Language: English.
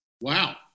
Wow